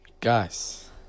guys